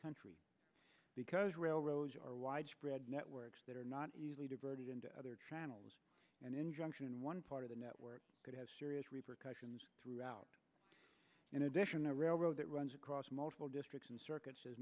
country because railroads are widespread networks that are not easily diverted into other channels and injunction in one part of the network could have serious repercussions throughout in addition a railroad that runs across multiple districts and circu